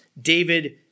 David